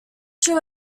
show